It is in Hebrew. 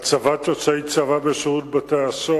(הצבת יוצאי צבא בשירות בתי-הסוהר)